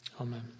Amen